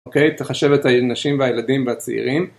אוקיי, תחשב את הנשים והילדים והצעירים.